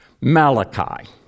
Malachi